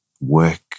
work